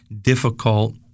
difficult